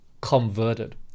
converted